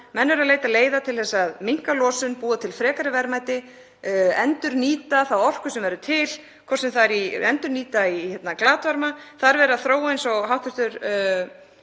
Menn eru að leita leiða til að minnka losun, búa til frekari verðmæti, endurnýta þá orku sem verður til, hvort sem það er að endurnýta í glatvarma, að verið sé að þróa þessi nýju